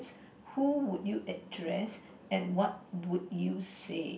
who would you address and what would you say